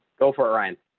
go for a ride.